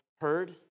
heard